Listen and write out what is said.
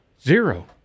Zero